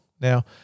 Now